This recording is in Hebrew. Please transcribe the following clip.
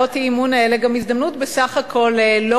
בהצעות האי-אמון האלה סך הכול הזדמנות